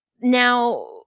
Now